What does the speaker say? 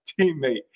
teammate